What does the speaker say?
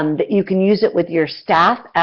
um that you can use it with your staff,